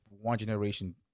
one-generation